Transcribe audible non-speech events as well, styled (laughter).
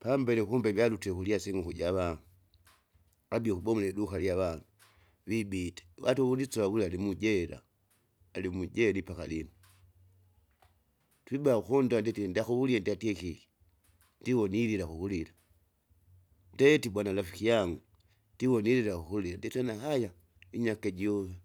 pambele kumbe galute kulyasi ing'uku java, adi ukubonga iduka lyavanu, vibite vati uvundisova wurya alimijera, alimujera ipaka lino, twiba okonda nditie ndyakuwulie ndyatie keki, ndivo nilila kukulila, ndeti bwana rafiki yangu. ndivo nilila ukurya ndite une haya, inyake juwe. (noise)